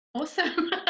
awesome